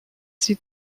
sie